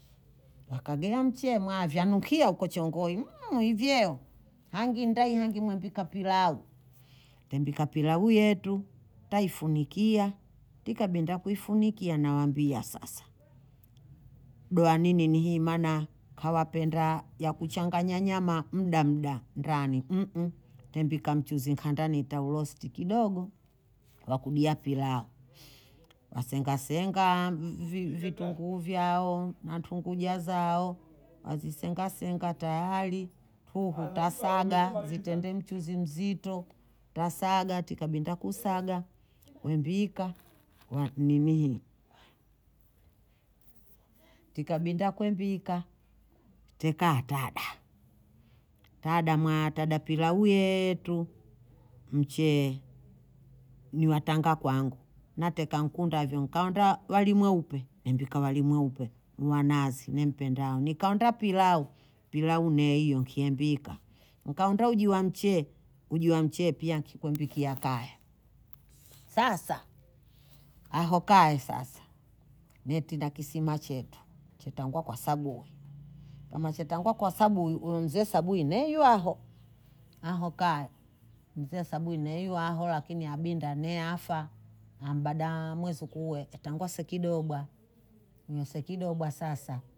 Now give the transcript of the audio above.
Akagea mcheye mwavya vyanukia huko chongoyi hivyeo, hangi ndayi, hangi mwempika pilau, tempika pilau yetu, taifunikia, tikabinda kuifunikia nawambia sasa, doha nini ni hii maana kawapenda ya kuchanganya nyama muda muda ndani, tempika mchuzi nkandani ntaurosti kidogo wa kudia pilau, wasenga senga vi- vitungu vyao, na tunguja zao, wazisenga senga tayari, tuhu tasaga zitende nchuzi mzito, tasaga, tikabinda kusaga, wembika wa- niniii tikabinda kwembika tekaha hatada, tada mwaya, tada pilau yeeetu, mcheye ni watanga kwangu, nateka nkundavyo nkaonda wali mweupe, nempika wali mweupe. ni wa nazi nempendao, nkaunda pilau, pilau nehiyo kembika, nkaunda uji wa mcheye, uji wa mcheye pia nkikwembikia kaya, sasa aho kaya sasa, ne tinda kisima chetu chatangwa kwa sabuyi, kama cha tangwa kwa sabuyi huyo mzee sabuyi ne yu aho, aho kaya, mzee sabuyi ne yu aho lakini abinda ne afa, ambadaa mwezukuu uwe atangwa sekidobwa, huyo sekidobwa sasa